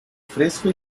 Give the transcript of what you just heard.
fresco